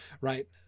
right